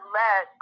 let